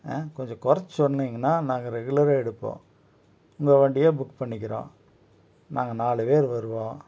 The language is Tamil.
கொஞ்சம் குறச்சி சொன்னீங்கனால் நாங்கள் ரெகுலராக எடுப்போம் உங்கள் வண்டியே புக் பண்ணிக்கிறோம் நாங்கள் நாலு பேர் வருவோம்